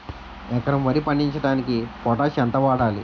ఎకరం వరి పండించటానికి పొటాష్ ఎంత వాడాలి?